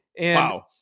wow